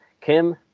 Kim